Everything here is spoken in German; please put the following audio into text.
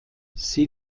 sie